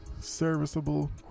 serviceable